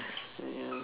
ya